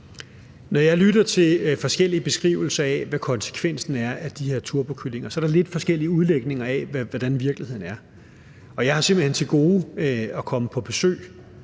Når jeg lytter til forskellige beskrivelser af, hvad konsekvensen er, når det handler om de her turbokyllinger, så er der lidt forskellige udlægninger af, hvordan virkeligheden er. Og jeg har simpelt hen til gode at komme på besøg